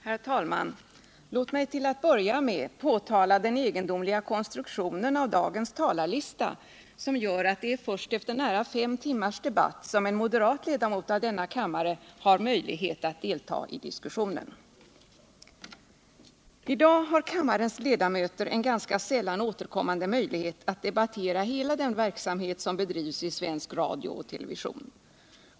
Herr talman! Låt mig till att börja med påtala den egendomliga konstruktionen av dagens talarlista, som gör att det är först efter nära fem timmars debatt som en moderat ledamot av denna kammare ar möjlighet att delta i diskussionen. I dag har kammarens ledamöter en ganska sällan återkommande möjlighet att debattera hela den verksamhet som bedrivs i svensk radio och television.